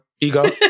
Ego